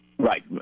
Right